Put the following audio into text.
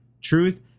truth